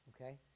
Okay